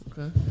Okay